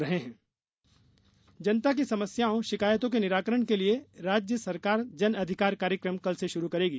जन अधिकार कार्यक्रम जनता की समस्याओं शिकायतों के निराकरण के लिए राज्य सरकार जन अधिकार कार्यक्रम कल से शुरू करेगी